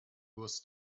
was